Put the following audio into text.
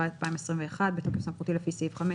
התשפ"א-2021 בתוקף סמכותי לפי סעיפים 5,